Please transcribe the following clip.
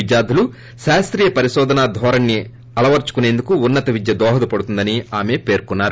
విద్యార్శులు శాస్తియ పరిశోధనా ధోరణి అలవర్సుకుసేందుకు ఉన్నత విద్య దోహదేపడుతుందని ఆమె తెలిపారు